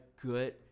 good